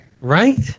Right